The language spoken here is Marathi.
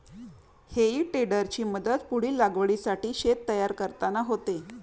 हेई टेडरची मदत पुढील लागवडीसाठी शेत तयार करताना होते